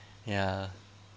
ya